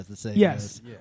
Yes